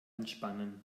entspannen